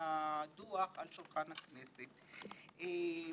הצפויה של המליאה היא רק של הכנסת העשרים-ואחת,